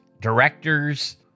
directors